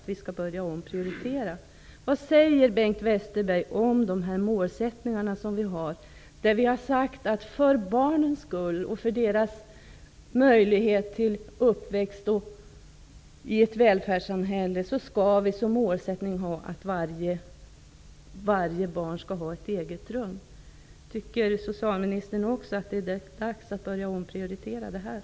Vad säger Bengt Westerberg om de målsättningar vi har? Vi har sagt att för barnens skull, för deras möjligheter till uppväxt i ett välfärdssamhälle, skall vi som målsättning ha att varje barn skall ha eget rum. Tycker socialministern också att det är dags att omprioritera detta?